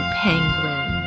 penguin